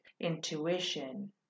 intuition